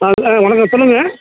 ஆ hello வணக்கம் சொல்லுங்கள்